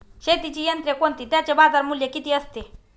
शेतीची यंत्रे कोणती? त्याचे बाजारमूल्य किती असते?